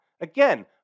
Again